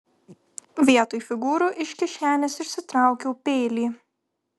vietoj figūrų iš kišenės išsitraukiau peilį